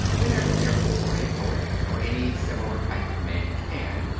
whenever, therefore, a poet or any similar type of man can,